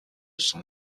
son